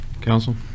Council